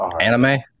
Anime